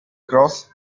cross